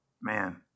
man